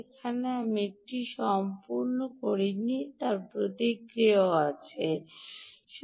এটি আমি এটি সম্পূর্ণ করিনি প্রতিক্রিয়াও পাচ্ছি